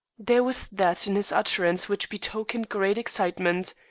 there was that in his utterance which betokened great excitement.